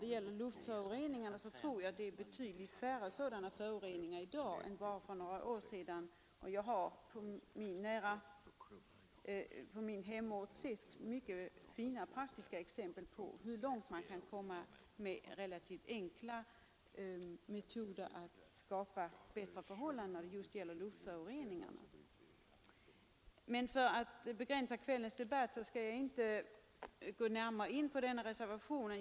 I vad gäller luftföroreningar tror jag att det förekommer betydligt färre sådana föroreningar i dag än för bara några år sedan; jag har på min hemort sett mycket fina praktiska exempel på hur långt man kan komma med relativt enkla metoder för att skapa bättre förhållanden när det gäller att minska luftföroreningarna. För att begränsa kvällens debatt skall jag inte gå närmare in på denna reservation.